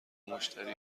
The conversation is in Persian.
مشتری